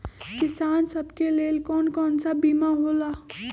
किसान सब के लेल कौन कौन सा बीमा होला?